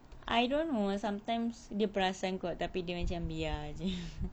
I don't know ah sometimes dia perasan kot tapi dia macam biar jer